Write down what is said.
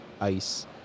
ice